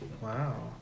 Wow